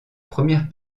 première